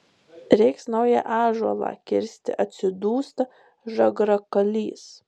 reiks naują ąžuolą kirsti atsidūsta žagrakalys